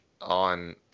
on